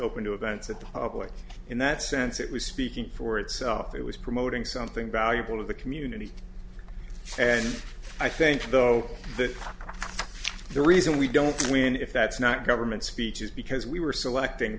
open to events that the public in that sense it was speaking for itself it was promoting something valuable to the community and i think though the reason we don't win if that's not government speech is because we were selecting